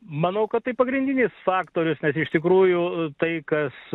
manau kad tai pagrindinis faktorius nes iš tikrųjų tai kas